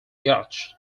yachts